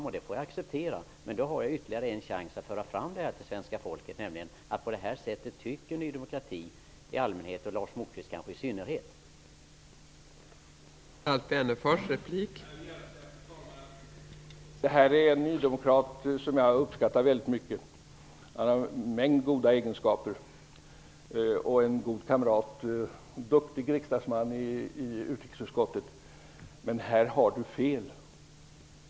Det får jag acceptera, men jag har ytterligare en chans att föra fram till svenska folket vad Ny demokrati i allmänhet och kanske Lars Moquist i synnerhet tycker.